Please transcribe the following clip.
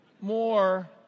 More